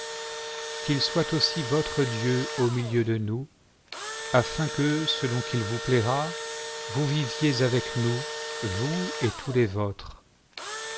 qu'il soit aussi votre dieu au milieu de nous afin que selon qu'il vous plaira vous viviez avec nous vous et tous les vôtres